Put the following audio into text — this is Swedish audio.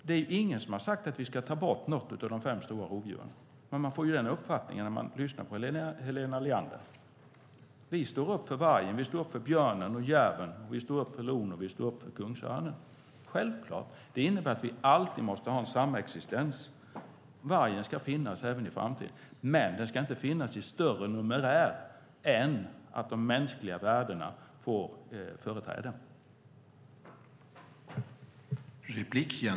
Det är ingen som har sagt att vi ska ta bort något av de fem stora rovdjuren, men man får den uppfattningen när man lyssnar på Helena Leander. Vi står upp för vargen, björnen, järven, lon och kungsörnen. Självklart gör vi det. Det innebär att vi alltid måste ha en samexistens. Vargen ska finnas även i framtiden, men den ska inte finnas i större numerär än att de mänskliga värdena får företräden.